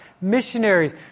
missionaries